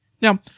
Now